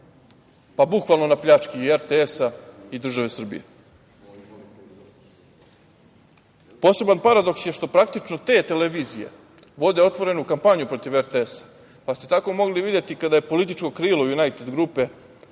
pa bukvalno na pljački RTS i države Srbije. Poseban paradoks je što praktično te televizije vode otvorenu kampanju protiv RTS. Tako ste mogli videti kada je političko krilu Junajted grupe, na